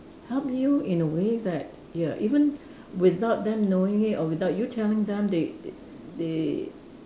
help you in a way that ya even without them knowing it or without you telling them they they they